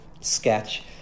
sketch